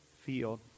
field